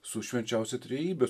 su švenčiausia trejybe